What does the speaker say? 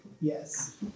Yes